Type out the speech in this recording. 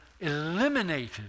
eliminated